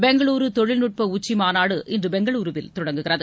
பெங்களூரு தொழில்நுட்ப உச்சிமாநாடு இன்று பெங்களூருவில் தொடங்குகிறது